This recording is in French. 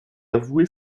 avoué